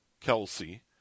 Kelsey